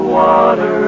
water